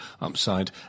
upside